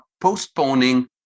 postponing